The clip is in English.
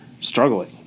struggling